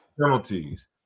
penalties